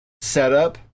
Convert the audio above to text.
setup